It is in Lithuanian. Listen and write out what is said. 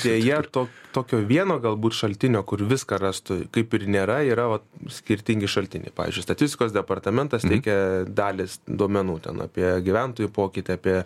deja ir to tokio vieno galbūt šaltinio kur viską rastų kaip ir nėra yra vat skirtingi šaltiniai pavyzdžiui statistikos departamentas teikia dalys duomenų ten apie gyventojų pokytį apie